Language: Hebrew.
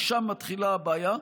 משם מתחילה הבעיה,